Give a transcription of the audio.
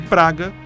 Praga